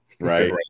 right